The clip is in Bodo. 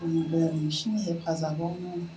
जोंबो नोंसोरनि हेफाजाबावनो